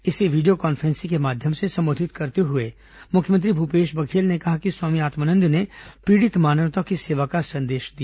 इसे video conferencing के माध्यम से संबोधित करते हुए मुख्यमंत्री भूपेश बघेल ने कहा कि स्वामी आत्मानंद ने पीड़ित मानवता की सेवा का संदेश दिया